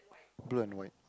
blue and white